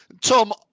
Tom